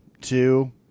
two